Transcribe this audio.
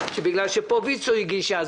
שבגלל שפה ויצ"ו הגישה,